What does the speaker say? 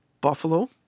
Buffalo